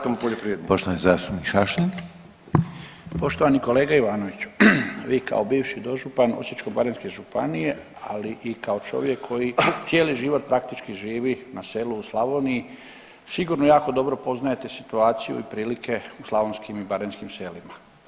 Poštovani kolega Ivanoviću, vi kao bivši dožupan Osječko-baranjske županije ali i kao čovjek koji cijeli život praktički živi na selu u Slavoniji sigurno jako dobro poznajete situaciju i prilike u slavonskim i baranjskim selima.